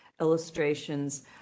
illustrations